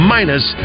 Minus